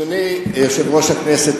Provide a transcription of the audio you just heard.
אדוני יושב-ראש הכנסת,